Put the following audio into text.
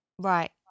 right